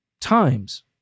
times